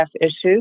issues